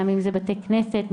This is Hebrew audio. בתי כנסת,